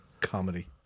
comedy